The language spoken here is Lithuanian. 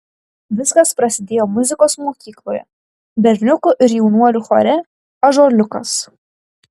viskas prasidėjo muzikos mokykloje berniukų ir jaunuolių chore ąžuoliukas